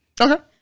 Okay